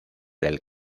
del